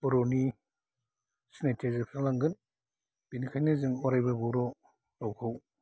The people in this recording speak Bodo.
बर'नि सिनायथिया जोबास्रांलांगोन बेनिखायनो जों अरायबो बर' रावखौ